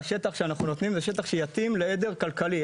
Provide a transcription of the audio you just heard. שהשטח שאנחנו נותנים זה שטח שיתאים לעדר כלכלי,